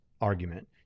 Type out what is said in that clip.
argument